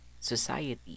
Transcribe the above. society